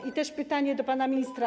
I też pytanie do pana ministra.